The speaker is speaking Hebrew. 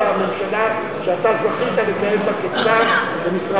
הממשלה שאתה זכית לכהן בה כשר במשרד האוצר,